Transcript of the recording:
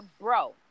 bro